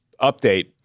update